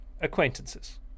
Acquaintances